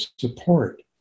support